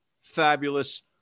fabulous